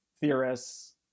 theorists